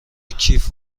کیف